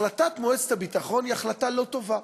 החלטת מועצת הביטחון היא החלטה לא טובה,